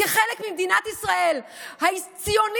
כחלק ממדינת ישראל הציונית,